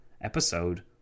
episode